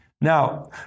Now